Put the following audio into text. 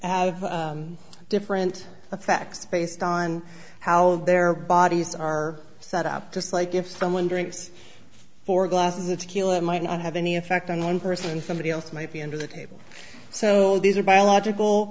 have different effects based on how their bodies are set up just like if someone drinks four glasses of tequila it might not have any effect on one person and somebody else might be under the table so these are biological